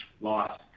loss